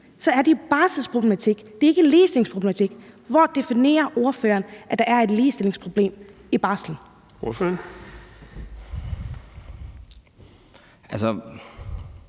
så er det en barselsproblematik og ikke en ligestillingsproblematik. Hvor definerer ordføreren at der er et ligestillingsproblem i forhold til barslen? Kl.